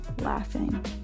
laughing